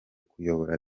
kuyobora